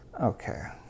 Okay